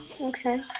Okay